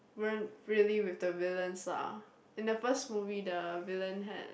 weren't really with the villains lah in the first movie the villain had